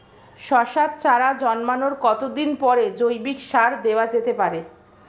শশার চারা জন্মানোর কতদিন পরে জৈবিক সার দেওয়া যেতে পারে?